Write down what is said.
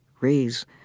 raise